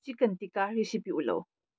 chicken tikka recipe ꯎꯠꯂꯛꯎ